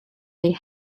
they